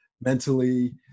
mentally